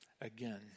Again